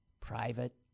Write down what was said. private